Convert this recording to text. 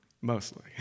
Mostly